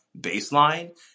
baseline